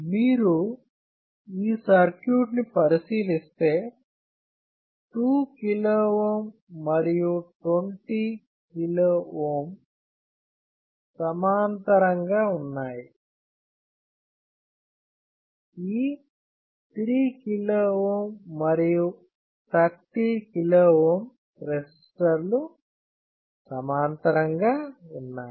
మీరు ఈ సర్క్యూట్ ని పరిశీలిస్తే 2 KΩ మరియు 20 KΩ సమాంతరం గా ఉన్నాయి ఈ 3 KΩ మరియు 30 KΩ రెసిస్టర్ లు సమాంతరంగా ఉన్నాయి